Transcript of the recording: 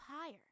higher